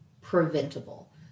preventable